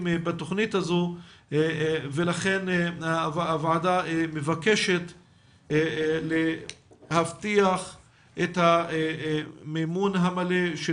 בתכנית הזאת ולכן הוועדה מבקשת להבטיח את המימון המלא של